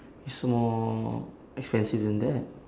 is more expensive than that